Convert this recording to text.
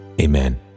amen